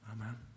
Amen